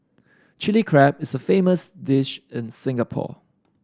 Chilli Crab is a famous dish in Singapore